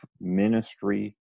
ministry